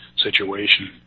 situation